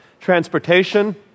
transportation